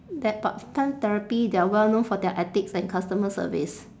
that but plant therapy they are well known for their ethics and customer service